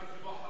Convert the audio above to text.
נשמע כמו חמולה.